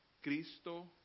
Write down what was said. Cristo